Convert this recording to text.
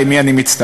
למי אני מצטרף.